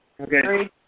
Okay